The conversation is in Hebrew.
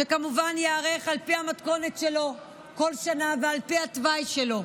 שכמובן ייערך על פי המתכונת שלו בכל שנה ועל פי התוואי שלו.